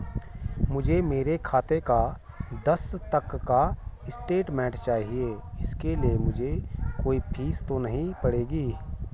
मुझे मेरे खाते का दस तक का स्टेटमेंट चाहिए इसके लिए मुझे कोई फीस तो नहीं पड़ेगी?